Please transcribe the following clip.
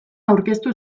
aurkeztu